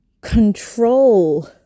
control